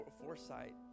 foresight